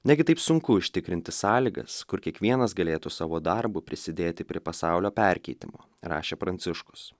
negi taip sunku užtikrinti sąlygas kur kiekvienas galėtų savo darbu prisidėti prie pasaulio perkeitimo rašė pranciškus